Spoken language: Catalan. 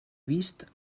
vist